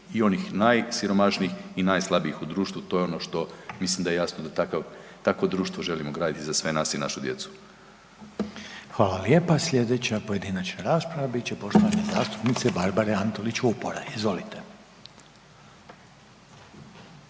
i onih najsiromašnijih i najslabijih u društvu. To je ono što mislim da je jasno da takvo društvo želimo graditi za sve nas i našu djecu. **Reiner, Željko (HDZ)** Hvala lijepa. Slijedeća pojedinačna rasprava bit će poštovane zastupnice Barbare Antolić Vupora. Izvolite.